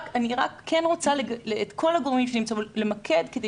אני רק כן רוצה את כל הגורמים שנמצאים כאן למקד כדי